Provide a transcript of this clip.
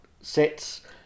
sets